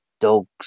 dogs